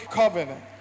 covenant